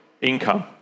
income